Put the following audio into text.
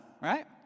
right